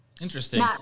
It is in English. Interesting